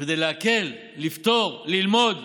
כדי להקל, לפתור, ללמוד,